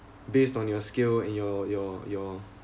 based on your skill and your your your